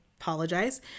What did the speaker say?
apologize